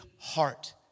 heart